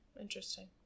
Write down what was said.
Interesting